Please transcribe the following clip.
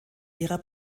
ihrer